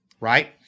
right